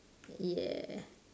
yeah